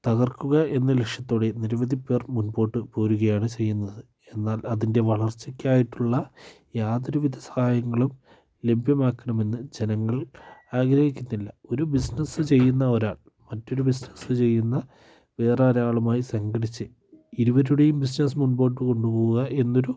തകർക്കുക എന്ന ലക്ഷ്യത്തോടെയും നിരവധി പേർ മുമ്പോട്ട് പോരുകയാണ് ചെയ്യുന്നത് എന്നാൽ അതിൻ്റെ വളർച്ചയ്ക്കായിട്ടുള്ള യാതൊരുവിധ സഹായങ്ങളും ലഭ്യമാക്കണമെന്ന് ജനങ്ങൾ ആഗ്രഹിക്കുന്നില്ല ഒരു ബിസിനസ്സ് ചെയ്യുന്ന ഒരാൾ മറ്റൊരു ബിസിനസ്സ് ചെയ്യുന്ന വേറെ ഒരാളുമായി സംഘടിച്ചു ഇരുവരുടെയും ബിസിനസ്സ് മുമ്പോട്ടു കൊണ്ടു പോവുക എന്ന ഒരു